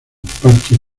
parches